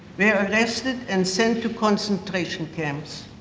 were arrested and sent to concentration camps.